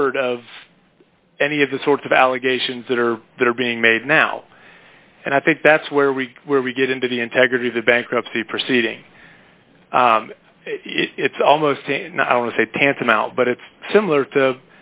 word of any of the sort of allegations that are that are being made now and i think that's where we where we get into the integrity of the bankruptcy proceeding it's almost and i want to say tantamount but it's similar